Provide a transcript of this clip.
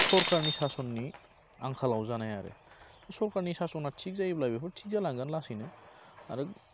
सरखारनि सास'ननि आंखालाव जानाय आरो सरखारनि सास'ना थिग जायोब्ला बेफोर गासैबो थिग जालांगोन लासैनो आरो